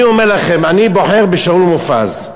אני אומר לכם, אני בוחר בשאול מופז.